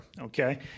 okay